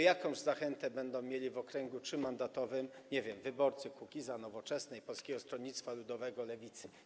Jakąż zachętę będą mieli w okręgu trzymandatowym, nie wiem, wyborcy Kukiza, Nowoczesnej, Polskiego Stronnictwa Ludowego, lewicy?